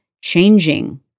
changing